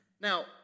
Now